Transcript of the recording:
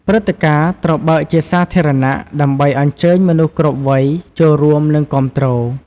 ព្រឹត្តិការណ៍ត្រូវបើកជាសាធារណៈ ដើម្បីអញ្ជើញមនុស្សគ្រប់វ័យចូលរួមនិងគាំទ្រ។